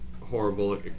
horrible